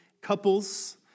couples